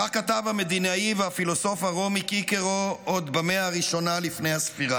כך כתב המדינאי והפילוסוף הרומי קיקרו עוד במאה הראשונה לפני הספירה.